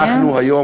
ואנחנו היום,